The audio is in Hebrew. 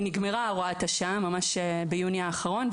הוראת השעה נגמרה, ממש ביוני האחרון.